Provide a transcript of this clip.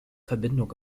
verbindung